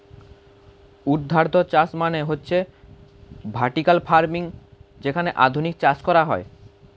ঊর্ধ্বাধ চাষ মানে হচ্ছে ভার্টিকাল ফার্মিং যেখানে আধুনিক চাষ করা হয়